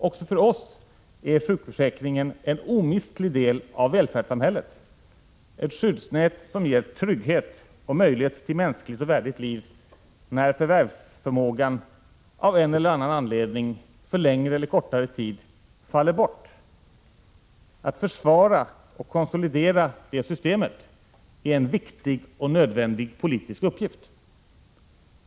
Även för oss är sjukförsäkringen en omistlig del av välfärdssamhället, ett skyddsnät som ger trygghet och möjlighet till mänskligt och värdigt liv när förvärvsförmågan av en eller annan anledning, för längre eller kortare tid faller bort. Att försvara och konsolidera det systemet är en viktig och nödvändig politisk uppgift.